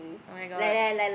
[oh]-my-god